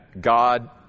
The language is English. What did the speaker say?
God